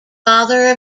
father